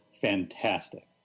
fantastic